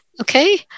okay